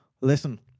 Listen